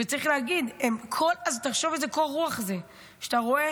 וצריך להגיד, תחשוב איזה קור רוח זה שאת רואה